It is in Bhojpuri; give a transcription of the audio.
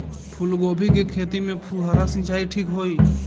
फूल गोभी के खेती में फुहारा सिंचाई ठीक होई?